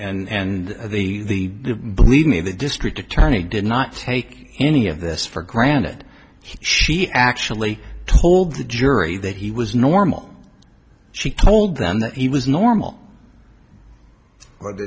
and the believe me the district attorney did not take any of this for granted she actually told the jury that he was normal she told them that he was normal or th